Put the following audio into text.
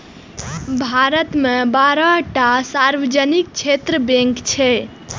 भारत मे बारह टा सार्वजनिक क्षेत्रक बैंक छै